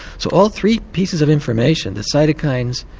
so all three pieces of information the cytokines,